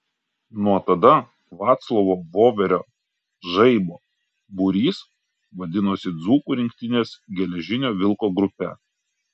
nuo tada vaclovo voverio žaibo būrys vadinosi dzūkų rinktinės geležinio vilko grupe